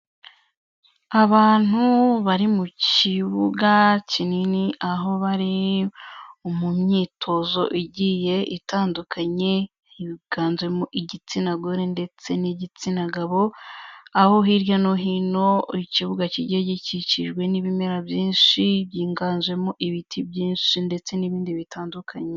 Abantu bari mu kibuga kinini, aho bari mu myitozo igiye itandukanye, higanjemo igitsina gore ndetse n'igitsina gabo, aho hirya no hino ikibuga kigiye gikikijwe n'ibimera byinshi, byiganjemo ibiti byinshi ndetse n'ibindi bitandukanye.